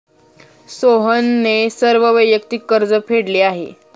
सोहनने सर्व वैयक्तिक कर्ज फेडले आहे